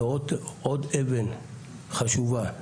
זה עוד אבן חשובה.